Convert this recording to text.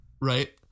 Right